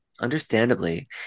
understandably